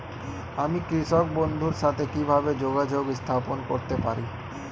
আমি কৃষক বন্ধুর সাথে কিভাবে যোগাযোগ স্থাপন করতে পারি?